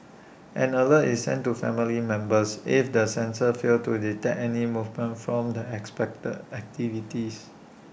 an alert is sent to family members if the sensors fail to detect any movement from the expected activities